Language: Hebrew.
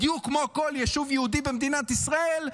בדיוק כמו כל יישוב יהודי במדינת ישראל,